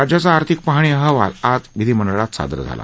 राज्याचा आर्थिक पाहणी अहवाल आज विधीमंडळात सादर झाला